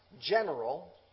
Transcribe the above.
general